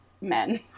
men